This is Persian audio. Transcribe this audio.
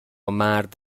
مرد